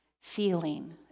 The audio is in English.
feeling